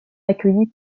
accueilli